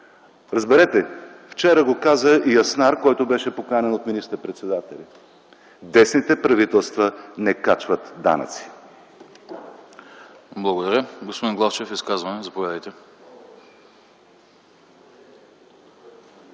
Разберете, вчера го каза и Аснар, който беше поканен от министър-председателя – десните правителства не качват данъци!